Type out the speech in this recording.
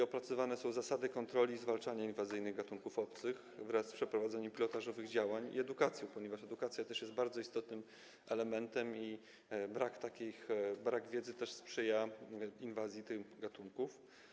Opracowane są zasady kontroli zwalczania inwazyjnych gatunków obcych wraz z przeprowadzeniem pilotażowych działań i edukacji, ponieważ edukacja też jest bardzo istotnym elementem, a brak wiedzy sprzyja inwazji tych gatunków.